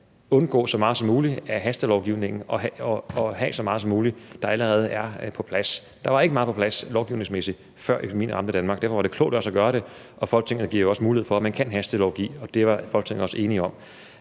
undgå så meget som muligt af hastelovgivningen og have så meget som muligt, der allerede er på plads. Der var ikke meget på plads lovgivningsmæssigt, før epidemien ramte Danmark. Derfor var det klogt også at gøre det, og Folketinget giver jo også mulighed for, at man kan hastelovgive; det var Folketinget også enig om.